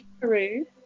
Peru